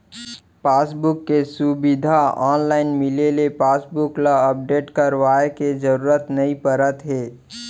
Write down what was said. passbook के सुबिधा online मिले ले पासबुक ल अपडेट करवाए के जरूरत नइ परत हे